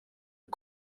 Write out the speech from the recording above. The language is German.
der